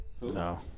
No